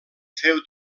féu